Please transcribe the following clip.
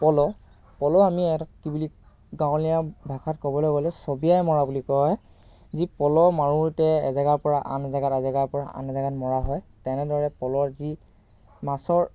পল পল আমি ইয়াত কি বুলি গাঁৱলীয়া ভাষাত ক'বলৈ গ'লে চবিয়াই মৰা বুলি কয় যি প'ল মাৰোতে এজেগাৰ পৰা আন এজেগাত এজেগাৰ পৰা আন এজেগাত মৰা হয় তেনেদৰে পলৰ যি মাছৰ